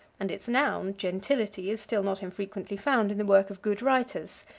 and its noun, gentility, is still not infrequently found in the work of good writers.